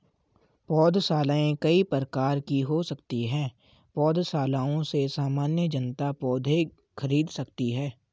पौधशालाएँ कई प्रकार की हो सकती हैं पौधशालाओं से सामान्य जनता पौधे खरीद सकती है